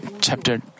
chapter